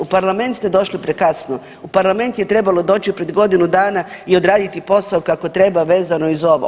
U parlament ste došli prekasno, u parlament je trebalo doći pred godinu dana i odraditi posao kako treba vezano i uz ovo.